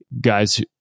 guys